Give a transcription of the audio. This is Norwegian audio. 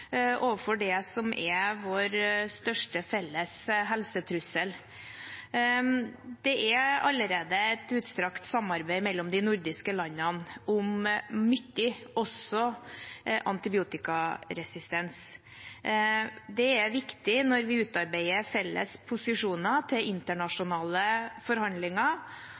overfor det som er vår største felles helsetrussel. Det er allerede et utstrakt samarbeid mellom de nordiske landene om mye, også antibiotikaresistens. Det er viktig når vi utarbeider felles posisjoner til internasjonale forhandlinger,